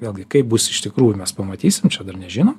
vėlgi kaip bus iš tikrųjų mes pamatysim čia dar nežino